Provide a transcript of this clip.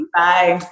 bye